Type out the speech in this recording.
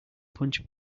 punch